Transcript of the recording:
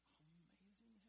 amazing